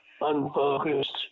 unfocused